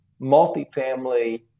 multifamily